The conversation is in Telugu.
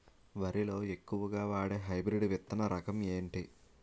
వరి లో ఎక్కువుగా వాడే హైబ్రిడ్ విత్తన రకం ఏంటి?